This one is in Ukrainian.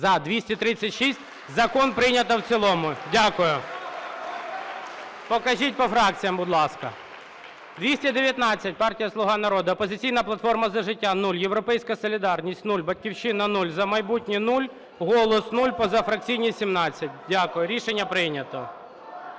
За-236 Закон прийнято в цілому. Дякую. Покажіть по фракціям, будь ласка. 219 – партія "Слуга народу", "Опозиційна платформа - За життя" – 0, "Європейська солідарність" - 0, "Батьківщина" – 0, "За майбутнє" – 0, "Голос" – 0, позафракційні – 17. Дякую. Рішення прийнято.